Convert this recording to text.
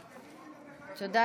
תתקדמו.